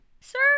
sir